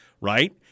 right